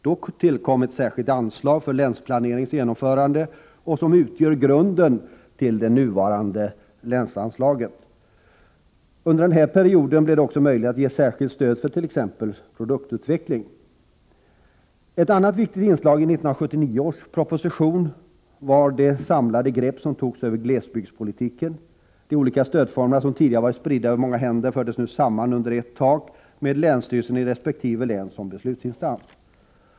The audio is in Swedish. Då tillkom ett särskilt anslag för länsplaneringens genomförande, vilket utgör grunden för det nuvarande länsanslaget. Under den här perioden blev det också möjligt att ge särskilt stöd för t.ex. produktutveckling. Ett annat viktigt inslag i 1979 års proposition var det samlade grepp som togs över glesbygdspolitiken. De olika stödformerna, som tidigare hade varit spridda på många händer, fördes nu samman under ett tak med länsstyrelsen i resp. län som beslutsinstans.